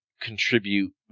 contribute